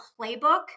playbook